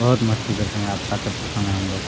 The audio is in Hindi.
बहुत मस्ती करते हैं यात्रा करते समय हम लोग